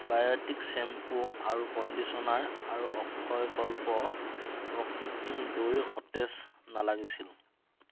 Biotique shampoo আৰু conditioner আৰু অক্ষয়কল্প অকৃত্ৰিম দৈ সতেজ নালাগিছিল